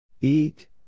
Eat